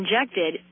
injected